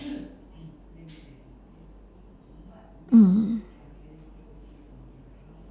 mm